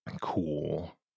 cool